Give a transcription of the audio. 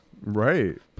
right